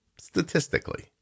statistically